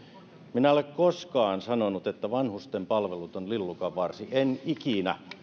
minä en ole koskaan sanonut että vanhusten palvelut ovat lillukanvarsia en ikinä